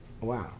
Wow